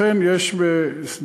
אכן יש בשדרות,